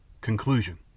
Conclusion